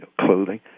clothing